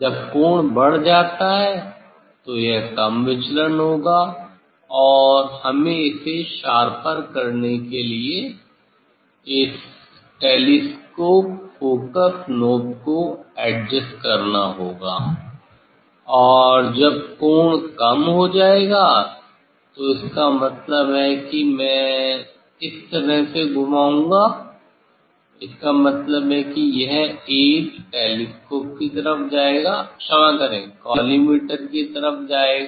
जब कोण बढ़ जाता है तो यह कम विचलन होगा और हमें इसे शार्पर करने के लिए इस टेलीस्कोप फोकस नॉब को एडजस्ट करना होगा और जब कोण कम हो जाएगा तो इसका मतलब है कि मैं इस तरह से घुमाऊंगा इसका मतलब है कि यह एज टेलीस्कोप की तरफ जाएगा क्षमा करें कॉलीमेटर की तरफ जाएगा